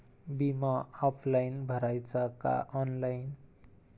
बिमा ऑफलाईन भराचा का ऑनलाईन?